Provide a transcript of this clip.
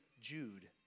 Jude